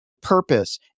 purpose